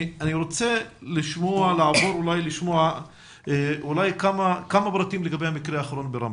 אני רוצה לשמוע כמה פרטים לגבי המקרה האחרון ברמלה.